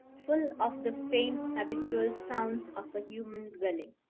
full of the faint habitual sounds of a human dwelling,